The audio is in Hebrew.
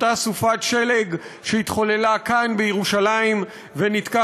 אותה סופת שלג שהתחוללה כאן בירושלים וניתקה